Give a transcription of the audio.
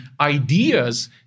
ideas